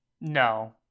No